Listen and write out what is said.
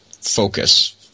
focus